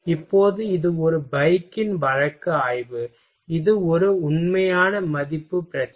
இப்போது இது ஒரு பைக்கின் வழக்கு ஆய்வு இது ஒரு உண்மையான மதிப்பு பிரச்சினை